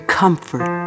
comfort